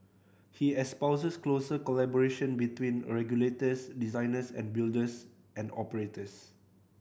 he espouses closer collaboration between regulators designers and builders and operators